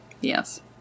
Yes